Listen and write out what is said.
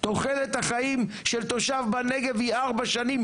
תוחלת החיים של תושב בנגב היא ארבע שנים,